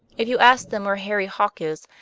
if you ask them where harry hawke is,